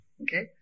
Okay